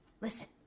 listen